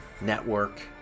network